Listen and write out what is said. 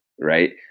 right